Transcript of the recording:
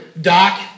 Doc